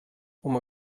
uma